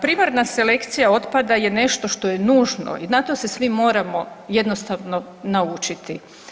Primarna selekcija otpada je nešto što je nužno i na to se svi moramo jednostavno naučiti.